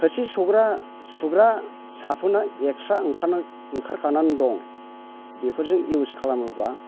थोरसि सुग्रा सुग्रा साफुनआ एक्स्रा ओंखारनानै ओंखारखानानै दं बेफोरजों इउस खालामोबा